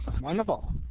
wonderful